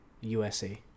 USA